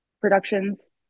Productions